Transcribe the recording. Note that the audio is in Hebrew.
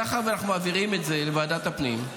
מאחר שאנחנו מעבירים את זה לוועדת הפנים,